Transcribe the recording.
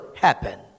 happen